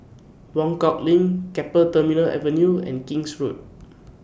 Buangkok LINK Keppel Terminal Avenue and King's Road